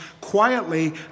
quietly